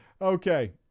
Okay